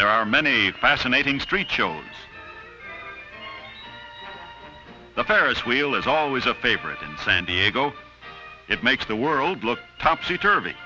there are many fascinating street shows the ferris wheel is always a favorite in san diego it makes the world look topsy turvy